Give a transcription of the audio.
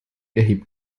erhebt